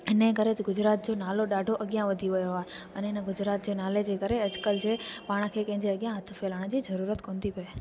हिनजे करे त गुजरात जो नालो ॾाढो अॻियां वधी वियो आहे अने हिन गुजरात जे नाले जे करे अॼुकल्ह जे पाण खे कंहिंजे अॻियां हथ फहिलाइण जी ज़रूरत कोन थी पिए